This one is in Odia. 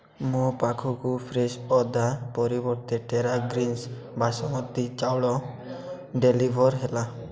ମୋ ପାଖକୁ ଫ୍ରେଶ୍ ଅଦା ପରିବର୍ତ୍ତେ ଟେରା ଗ୍ରୀନ୍ସ୍ ବାସୁମତୀ ଚାଉଳ ଡେଲିଭର୍ ହେଲା